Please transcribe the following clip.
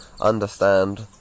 understand